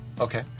Okay